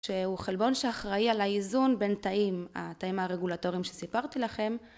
שהוא חלבון שאחראי על האיזון בין תאים, התאים הרגולטוריים שסיפרתי לכם